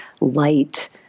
light